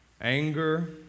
anger